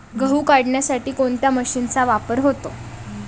गहू काढण्यासाठी कोणत्या मशीनचा वापर होतो?